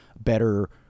better